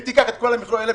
אם תיקח את כל המכלול הזה,